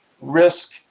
risk